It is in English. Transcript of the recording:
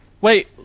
Wait